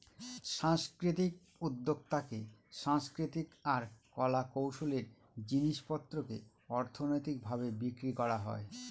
সাংস্কৃতিক উদ্যক্তাতে সাংস্কৃতিক আর কলা কৌশলের জিনিস পত্রকে অর্থনৈতিক ভাবে বিক্রি করা হয়